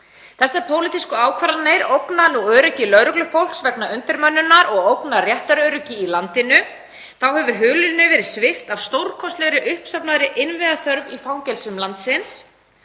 Þessar pólitísku ákvarðanir ógna nú öryggi lögreglufólks vegna undirmönnunar og ógna réttaröryggi í landinu. Þá hefur hulunni verið svipt af stórkostlegri uppsafnaðri innviðaþörf í fangelsum landsins.